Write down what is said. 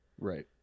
Right